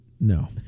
No